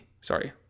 sorry